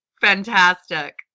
fantastic